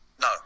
No